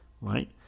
Right